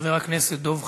חבר הכנסת דב חנין,